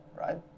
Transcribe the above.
right